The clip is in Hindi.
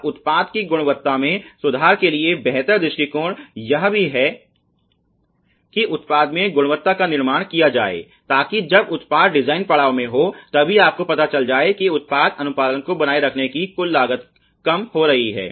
और उत्पाद की गुणवत्ता में सुधार के लिए बेहतर दृष्टिकोण यह भी है कि उत्पाद में गुणवत्ता का निर्माण किया जाए ताकि जब उत्पाद डिजाइन पड़ाव में हो तभी आपको पता चल जाए कि उत्पाद अनुपालन को बनाए रखने की कुल लागत कम हो रही है